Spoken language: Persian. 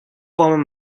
وام